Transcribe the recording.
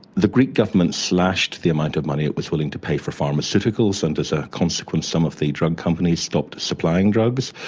the greek government slashed the amount of money it was willing to pay for pharmaceuticals and as a consequence some of the drug companies stopped supplying drugs.